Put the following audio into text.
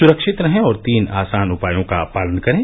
सुरक्षित रहें और तीन आसान उपायों का पालन करें